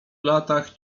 latach